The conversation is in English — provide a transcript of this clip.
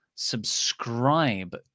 subscribe